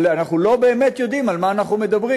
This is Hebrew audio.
אבל אנחנו לא באמת יודעים על מה אנחנו מדברים